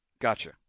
Gotcha